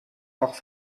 auch